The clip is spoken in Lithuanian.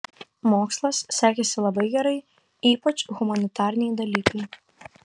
mokslas sekėsi labai gerai ypač humanitariniai dalykai